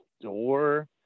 door